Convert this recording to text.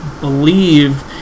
believe